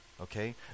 okay